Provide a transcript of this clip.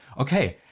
okay,